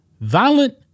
violent